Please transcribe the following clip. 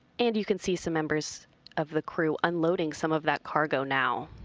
and you can see some members of the crew unloading some of that cargo now.